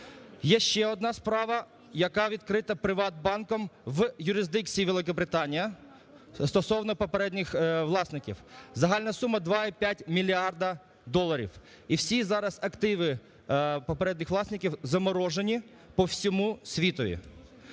Є ще одна справа, яка відкрита "ПриватБанком" в юрисдикції Великобританії стосовно попередніх власників. Загальна сума 2,5 мільярда доларів. І всі зараз активи попередніх власників заморожені по всьому світові.